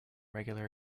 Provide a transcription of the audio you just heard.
regular